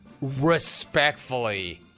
Respectfully